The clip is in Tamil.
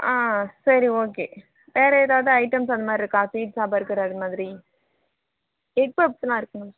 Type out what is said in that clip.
ஆ சரி ஓகே வேற ஏதாவது ஐட்டம்ஸ் அந்தமாரி இருக்கா பீட்சா பர்கர் அது மாதிரி எக் பப்ஸ்லாம் இருக்குங்களா